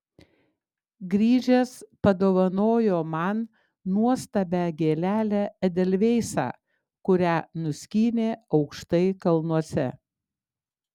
grįžęs padovanojo man nuostabią gėlelę edelveisą kurią nuskynė aukštai kalnuose